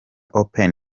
open